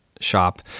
shop